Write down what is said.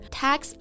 tax